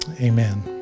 Amen